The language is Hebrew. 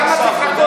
כבוד השר,